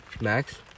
Max